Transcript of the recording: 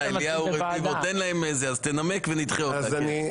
אז תנמק ונדחה אותה.